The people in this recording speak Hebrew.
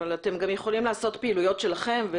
אתם יכולים גם לעשות פעילויות משלכם,